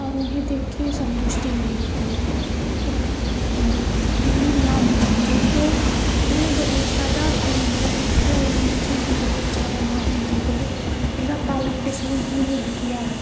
और उन्हें देख के सन्तुष्टि भी होती है क्यों मेरी नानी थी जिनको मैं बहुत ज्यादा प्रेम करती थी और मैं उसी से बहुत ज्यादा मानती थी उस वक़्त मेरा पालन पोषण उन्होंने ही किया है